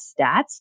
stats